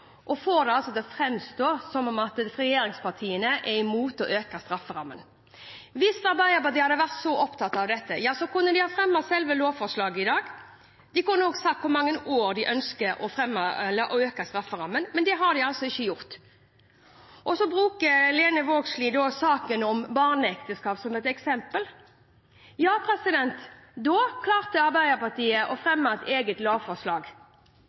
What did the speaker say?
og får det til å framstå som om regjeringspartiene er imot å øke strafferammen. Hvis Arbeiderpartiet hadde vært så opptatt av dette, kunne de ha fremmet selve lovforslaget i dag, og de kunne ha sagt hvor mange år de ønsker å øke strafferammen med, men det har de altså ikke gjort. Så bruker Lene Vågslid saken om barneekteskap som eksempel. Ja, da klarte Arbeiderpartiet å fremme et eget